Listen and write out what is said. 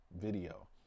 video